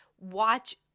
Watch